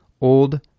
old